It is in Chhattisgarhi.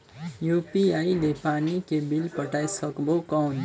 यू.पी.आई ले पानी के बिल पटाय सकबो कौन?